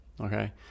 Okay